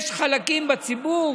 יש חלקים בציבור